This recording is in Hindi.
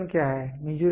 रेजोल्यूशन क्या है